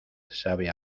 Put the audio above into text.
sabe